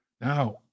now